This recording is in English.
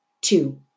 two